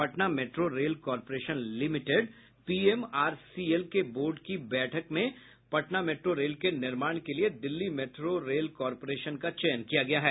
Patna metro rail corporation limited PMRCL के board की बैठक में पटना मेट्रो रेल के निर्माण के लिए दिल्ली मेट्रो रेल कॉरपोरेशन का चयन किया गया है